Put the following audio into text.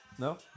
No